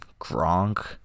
Gronk